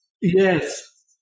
Yes